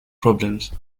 problems